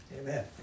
Amen